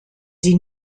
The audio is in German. sie